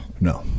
No